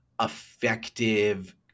effective